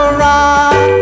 rock